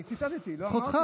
אני ציטטתי, לא אמרתי.